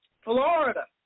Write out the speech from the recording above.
Florida